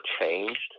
changed